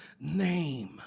name